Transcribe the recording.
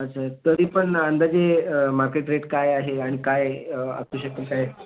अच्छा तरी पण अंदाजे मार्केट रेट काय आहे आणि काय असू शकतील काय